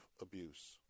abuse